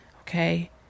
Okay